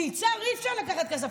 מיצהר אי-אפשר לקחת כסף.